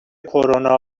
کرونا